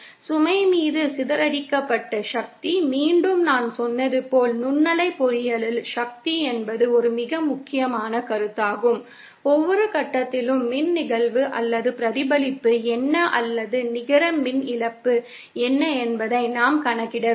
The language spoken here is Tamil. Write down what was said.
சுமை மீது சிதறடிக்கப்பட்ட சக்தி மீண்டும் நான் சொன்னது போல் நுண்ணலை பொறியியலில் சக்தி என்பது ஒரு மிக முக்கியமான கருத்தாகும் ஒவ்வொரு கட்டத்திலும் மின் நிகழ்வு அல்லது பிரதிபலிப்பு என்ன அல்லது நிகர மின் இழப்பு என்ன என்பதை நாம் கணக்கிட வேண்டும்